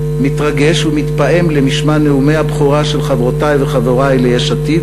מתרגש ומתפעם למשמע נאומי הבכורה של חברותי וחברי ליש עתיד